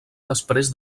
després